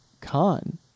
con